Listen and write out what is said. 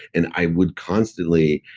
and i would constantly.